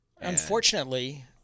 Unfortunately